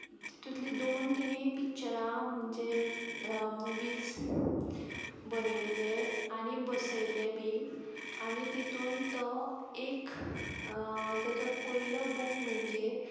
तितूंतलीं दोन ताणें पिच्चरा म्हणजे मुवीस बरयल्ले आनी बसयले बी आनी तितून तो एक ताजो पयलो बूक म्हणजे